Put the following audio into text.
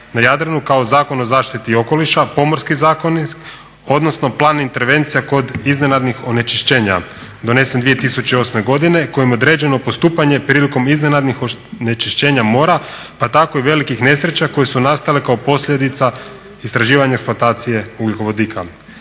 na Jadranu kao Zakon o zaštiti okoliša, Pomorski zakonik odnosno plan intervencija kod iznenadnih onečišćenja donesen 2008. godine kojim je određeno postupanje prilikom iznenadnih onečišćenja mora pa tako i velikih nesreća koje su nastale kao posljedica istraživanja i eksploatacije ugljikovodika.